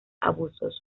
abusos